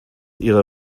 ihre